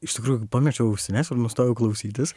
iš tikrųjų pamečiau ausines ir nustojau klausytis